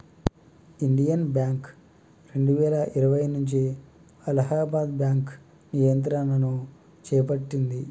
Indian bank రెండువేల ఇరవై నుంచి అలహాబాద్ బ్యాంకు నియంత్రణను చేపట్టింది